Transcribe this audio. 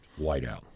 whiteout